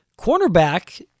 cornerback